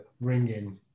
ringing